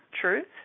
truth